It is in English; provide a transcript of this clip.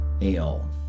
ale